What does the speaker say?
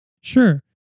Sure